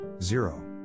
zero